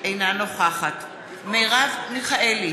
אינה נוכחת מרב מיכאלי,